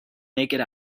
naked